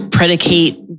Predicate